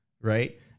right